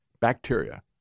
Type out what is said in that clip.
bacteria